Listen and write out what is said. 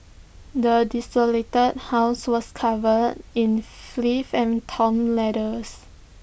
the desolated house was covered in and torn letters